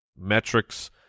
metrics